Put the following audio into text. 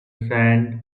sand